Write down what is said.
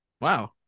Wow